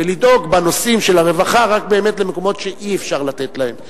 ולדאוג בנושאים של הרווחה רק באמת למקומות שאי-אפשר לתת להם.